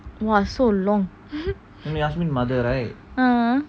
!whoa! so long mmhmm